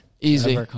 Easy